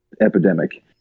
epidemic